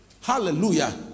Hallelujah